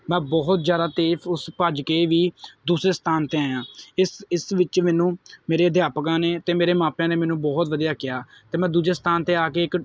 ਮੈਂ ਬਹੁਤ ਜ਼ਿਆਦਾ ਤੇਜ਼ ਉਸ ਭੱਜ ਕੇ ਵੀ ਦੂਸਰੇ ਸਥਾਨ 'ਤੇ ਆਇਆ ਇਸ ਇਸ ਵਿੱਚ ਮੈਨੂੰ ਮੇਰੇ ਅਧਿਆਪਕਾਂ ਨੇ ਅਤੇ ਮੇਰੇ ਮਾਪਿਆਂ ਨੇ ਮੈਨੂੰ ਬਹੁਤ ਵਧੀਆ ਕਿਹਾ ਅਤੇ ਮੈਂ ਦੂਜੇ ਸਥਾਨ 'ਤੇ ਆ ਕੇ ਇੱਕ